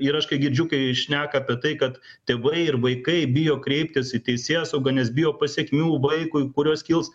ir aš kai girdžiu kai šneka apie tai kad tėvai ir vaikai bijo kreiptis į teisėsaugą nes bijo pasekmių vaikui kurios kils